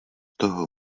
toho